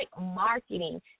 Marketing